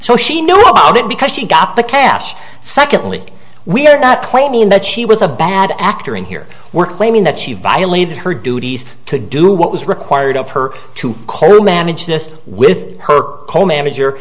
so she knew about it because she got the cash secondly we're not claiming that she was a bad actor in here we're claiming that she violated her duties to do what was required of her to manage this with her manager